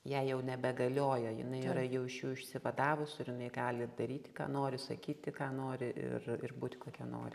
jai jau nebegaliojo jinai yra jau iš jų išsivadavus ir jinai gali daryti ką nori sakyti ką nori ir ir būti kokia nori